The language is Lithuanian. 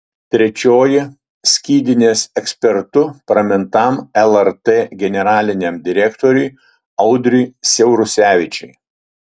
trečioji skydinės ekspertu pramintam lrt generaliniam direktoriui audriui siaurusevičiui